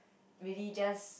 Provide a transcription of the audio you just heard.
really just